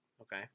okay